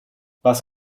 was